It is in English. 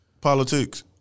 politics